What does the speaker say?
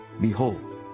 Behold